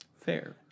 Fair